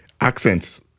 Accents